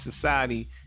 society